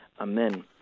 Amen